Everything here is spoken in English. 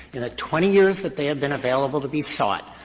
in the twenty years that they have been available to be sought,